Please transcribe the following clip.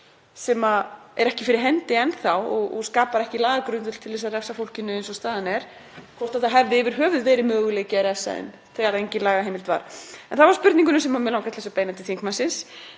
sem er ekki fyrir hendi enn þá og skapar ekki lagagrundvöll til að refsa fólkinu eins og staðan er, hvort það hefði yfir höfuð verið möguleiki að refsa þeim þegar engin lagaheimild var. En þá að spurningunni sem mig langar til að beina til þingmannsins.